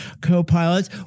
co-pilots